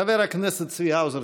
חבר הכנסת צבי האוזר,